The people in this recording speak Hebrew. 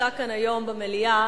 שמוצע כאן היום במליאה,